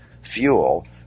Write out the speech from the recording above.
fuel